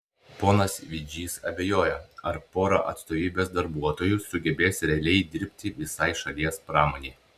ponas vidžys abejoja ar pora atstovybės darbuotojų sugebės realiai dirbti visai šalies pramonei